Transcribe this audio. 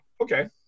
Okay